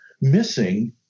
missing